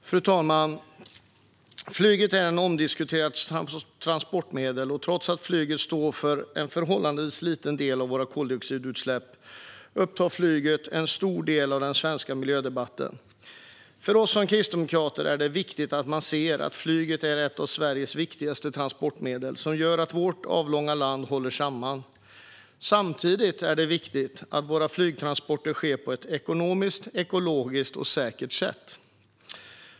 Fru talman! Flyget är ett omdiskuterat transportmedel, och trots att det står för en förhållandevis liten del av våra koldioxidutsläpp upptar flyget en stor del av den svenska miljödebatten. För oss som kristdemokrater är det viktigt att man ser att flyget är ett av Sveriges viktigaste transportmedel, som gör att vårt avlånga land håller samman. Samtidigt är det viktigt att våra flygtransporter sker på ett ekonomiskt, ekologiskt och säkert sätt.